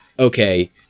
okay